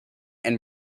and